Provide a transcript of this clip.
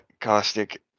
Caustic